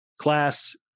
class